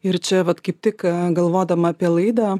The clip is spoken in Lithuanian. ir čia vat kaip tik galvodama apie laidą